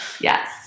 yes